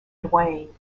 duane